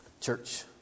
Church